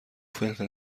فلفل